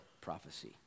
prophecy